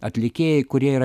atlikėjai kurie yra